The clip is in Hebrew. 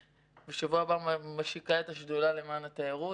בשבוע הבא אני משיקה את השדולה למען התיירות,